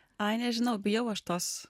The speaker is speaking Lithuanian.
ai nežinau bijau aš tos